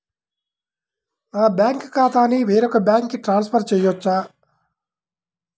నా బ్యాంక్ ఖాతాని వేరొక బ్యాంక్కి ట్రాన్స్ఫర్ చేయొచ్చా?